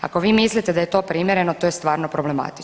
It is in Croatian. Ako vi mislite da je to primjereno to je stvarno problematično.